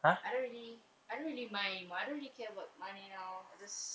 I don't really I don't really mind I don't really care about money now I just